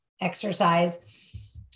exercise